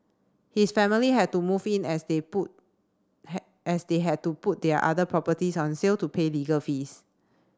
his family had to move in as they put as they had to put their other properties on sale to pay legal fees